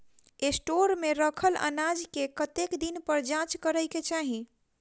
Store मे रखल अनाज केँ कतेक दिन पर जाँच करै केँ चाहि?